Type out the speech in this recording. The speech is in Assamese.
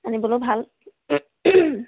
আনিবলৈও ভাল